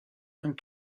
and